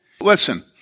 Listen